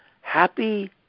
happy